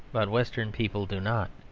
but western people do not.